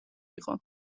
იყო